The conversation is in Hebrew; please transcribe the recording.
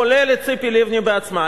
כולל ציפי לבני בעצמה.